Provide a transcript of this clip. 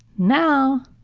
now,